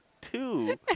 two